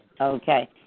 Okay